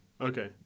okay